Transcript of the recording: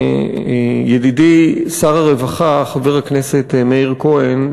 ידידי שר הרווחה חבר הכנסת מאיר כהן,